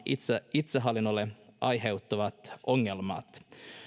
itsehallinnolle aiheutuvat ongelmat